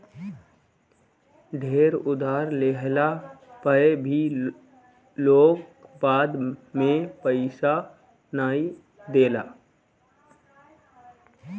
ढेर उधार लेहला पअ भी लोग बाद में पईसा नाइ देला